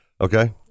Okay